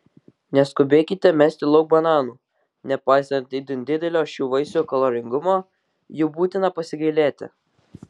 neskubėkite mesti lauk bananų nepaisant itin didelio šių vaisių kaloringumo jų būtina pasigailėti